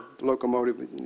locomotive